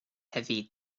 heavy